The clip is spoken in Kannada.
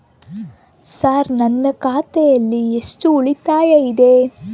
ಸರ್ ನನ್ನ ಖಾತೆಯಲ್ಲಿ ಎಷ್ಟು ಉಳಿತಾಯ ಇದೆ?